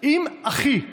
אם אחי,